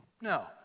No